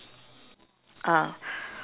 ah